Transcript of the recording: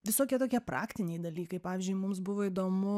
visokie tokie praktiniai dalykai pavyzdžiui mums buvo įdomu